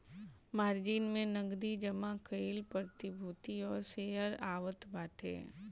margin में नगदी जमा कईल प्रतिभूति और शेयर आवत बाटे